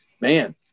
man